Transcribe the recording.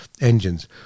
engines